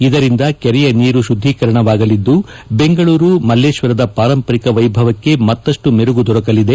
ಇದರಿಂದ ಕೆರೆಯ ನೀರು ಶುದ್ದೀಕರಣವಾಗಲಿದ್ದು ಬೆಂಗಳೂರು ಮಲ್ಲೇಶ್ವರದ ಪಾರಂಪರಿಕ ವೈಭವಕ್ಕೆ ಮತ್ತಷ್ಟು ಮೆರುಗು ದೊರಕಲಿದೆ